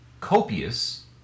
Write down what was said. copious